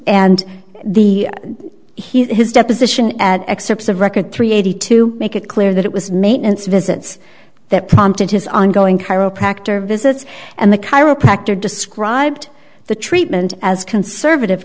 and the he his deposition at excerpts of record three eighty to make it clear that it was maintenance visits that prompted his ongoing chiropractor visits and the chiropractor described the treatment as conservative